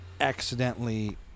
accidentally